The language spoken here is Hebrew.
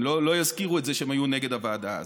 הם לא יזכירו את זה שהם היו נגד הוועדה אז.